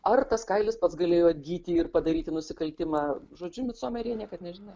ar tas kailis pats galėjo atgyti ir padaryti nusikaltimą žodžiu micomeryje niekad nežinai